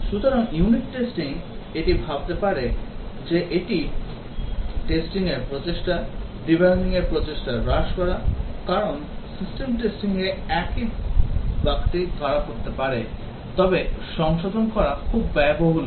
সুতরাং unit testing এটি ভাবতে পারে যে এটি testing র প্রচেষ্টা ডিবাগিং প্রচেষ্টা হ্রাস করে কারণ system testing এ একই বাগটি ধরা পড়তে পারে তবে এটি সংশোধন করা খুব ব্যয়বহুল হবে